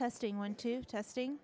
testing testing